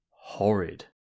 horrid